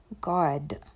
God